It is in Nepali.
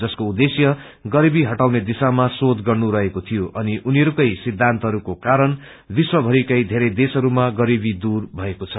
जसको उद्देश्यश गरीबी हटाउने दिशामा शेघ गर्नु रहेको थियो अनि उनीहरूकै सिद्धान्तहरूको कारण विश्व भरिकै धेरै देशहरूमा गरीबी दूर भएको छ